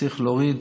צריך להוריד,